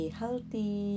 healthy